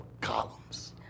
columns